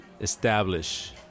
establish